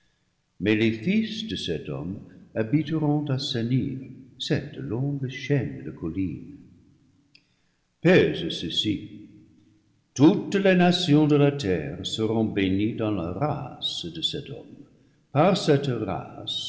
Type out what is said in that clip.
mais les fils de cet homme habiteront à senir cette longue chaîne de collines pèse ceci toutes les nations de la terre seront bénies dans la race de cet homme par cette race